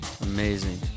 Amazing